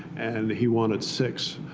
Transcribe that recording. and he wanted six